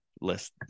list